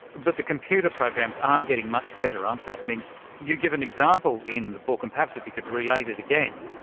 but the computer programs are getting much better, aren't they? i mean you give an example in the book, and perhaps if you could relay it it again,